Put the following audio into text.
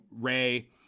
Ray